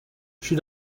she